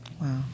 Wow